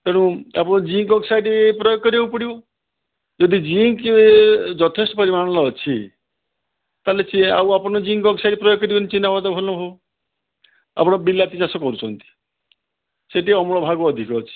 ତେଣୁ ଆପଣ zinc oxide ପ୍ରୟୋଗ କରିବାକୁ ପଡ଼ିବ ଯଦି ଜିଙ୍କ୍ ଯଥେଷ୍ଟ ପରିମାଣର ଅଛି ତାହେଲେ ସିଏ ଆପଣ ଆଉ ଜିଙ୍କ୍ ଅକ୍ସାଇଡ୍ ପ୍ରୟୋଗ କରିବେନି ଚିନାବାଦାମ ଭଲ ହେବ ଆପଣ ବିଲାତି ଚାଷ କରୁଛନ୍ତି ସେଠି ଅମ୍ଳ ଭାଗ ଅଧିକ ଅଛି